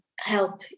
help